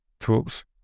tools